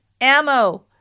ammo